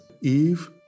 Eve